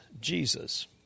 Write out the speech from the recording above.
Jesus